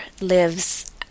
lives